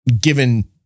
given